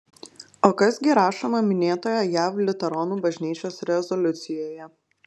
o kas gi rašoma minėtoje jav liuteronų bažnyčios rezoliucijoje